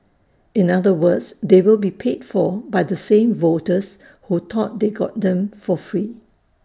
in other words they will be paid for by the same voters who thought they got them for free